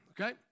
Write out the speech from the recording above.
okay